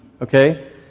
Okay